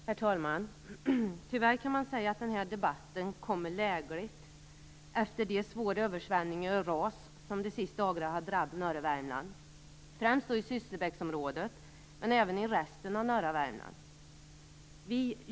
Herr talman! Tyvärr kan man säga att denna debatt kommer lägligt efter de svåra översvämningar och ras som de senaste dagarna har drabbat norra Värmland. Det gäller främst Sysslebäcksområdet, men även resten av norra Värmland.